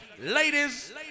Ladies